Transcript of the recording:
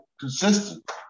consistent